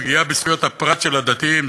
פגיעה בזכויות הפרט של הדתיים,